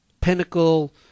pinnacle